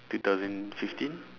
two thousand fifteen